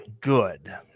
good